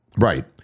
Right